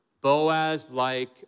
Boaz-like